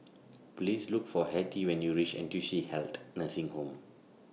Please Look For Hetty when YOU REACH N T U C Health Nursing Home